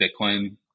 Bitcoin